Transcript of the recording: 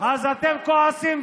אז אתם כועסים,